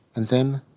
and then,